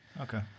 Okay